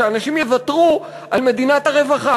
שאנשים יוותרו על מדינת הרווחה,